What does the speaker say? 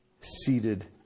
seated